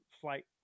flight